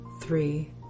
Three